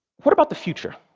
what about the future?